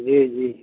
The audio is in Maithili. जी जी